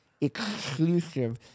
exclusive